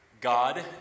God